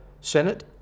senate